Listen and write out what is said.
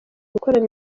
gukorana